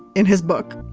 in his book,